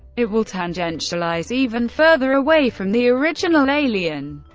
it will tangentialize even further away from the original alien.